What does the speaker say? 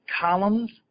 columns